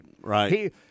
Right